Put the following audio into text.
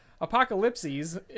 Apocalypses